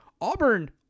Auburn